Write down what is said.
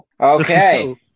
Okay